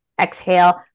exhale